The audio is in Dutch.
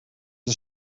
een